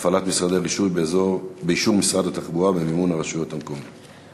הפעלת משרדי רישוי באישור משרד התחבורה במימון הרשויות המקומיות.